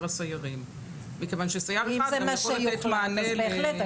הסיירים מכיוון שסייר אחד נותן מענה ל --- בהחלט.